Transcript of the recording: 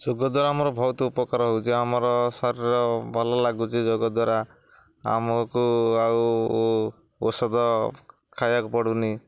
ଯୋଗ ଦ୍ୱାରା ଆମର ବହୁତ ଉପକାର ହେଉଛି ଆମର ଶରୀର ଭଲ ଲାଗୁଛି ଯୋଗ ଦ୍ୱାରା ଆମକୁ ଆଉ ଔଷଧ ଖାଇବାକୁ ପଡ଼ୁନି